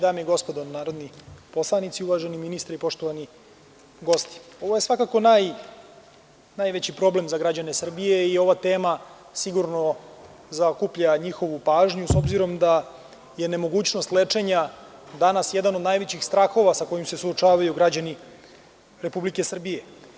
Dame i gospodo narodni poslanici, uvaženi ministre i poštovani gosti, ovo je svakako najveći problem za građane Srbije i ova tema sigurno zaokuplja njihovu pažnju i s obzirom da je nemogućnost lečenja danas jedan od najvećih strahova sa kojima se suočavaju građani RS.